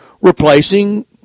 replacing